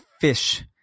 fish